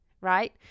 right